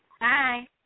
Hi